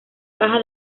caja